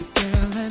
girl